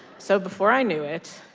so before i knew it,